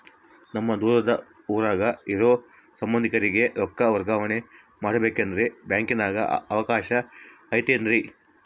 ನಮ್ಮ ದೂರದ ಊರಾಗ ಇರೋ ಸಂಬಂಧಿಕರಿಗೆ ರೊಕ್ಕ ವರ್ಗಾವಣೆ ಮಾಡಬೇಕೆಂದರೆ ಬ್ಯಾಂಕಿನಾಗೆ ಅವಕಾಶ ಐತೇನ್ರಿ?